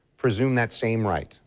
presume that same right?